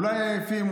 אולי עייפים,